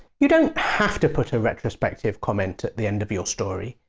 you don't have to put a retrospective comment at the end of your story,